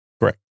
Correct